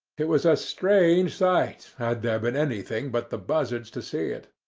it was a strange sight had there been anything but the buzzards to see it.